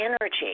energy